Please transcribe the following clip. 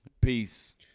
Peace